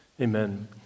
Amen